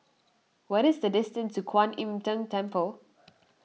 what is the distance to Kuan Im Tng Temple